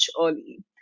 early